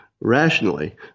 rationally